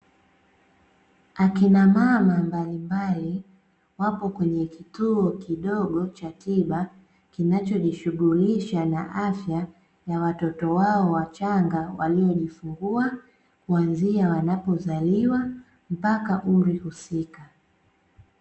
Akinamama mbalimbali wapo kwenye kituo kidogo cha tiba, kinachojishughulisha na afya ya watoto wao wachanga waliojifungua kuanzia wanapozaliwa mpaka umri husika.